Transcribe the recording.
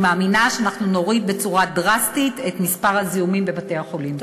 אני מאמינה שאנחנו נוריד בצורה דרסטית את מספר הזיהומים בבתי-החולים.